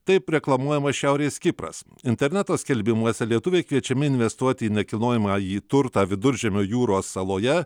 taip reklamuojamas šiaurės kipras interneto skelbimuose lietuviai kviečiami investuoti į nekilnojamąjį turtą viduržemio jūros saloje